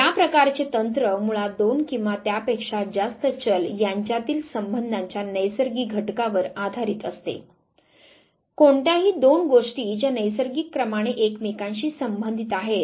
या प्रकारचे तंत्र मुळात दोन किंवा त्यापेक्षा जास्त चल यांच्यातील संबंधांच्या नैसर्गिक घटकावर आधारित असते कोणत्याही दोन गोष्टी ज्या नैसर्गिक क्रमाने एकमेकांशी संबंधित आहेत